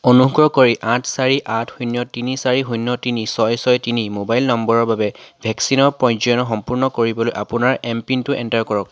অনুগ্ৰহ কৰি আঠ চাৰি আঠ শূন্য তিনি চাৰি শূন্য তিনি ছয় ছয় তিনি মোবাইল নম্বৰৰ বাবে ভেকচিনৰ পঞ্জীয়ন সম্পূৰ্ণ কৰিবলৈ আপোনাৰ এমপিনটো এণ্টাৰ কৰক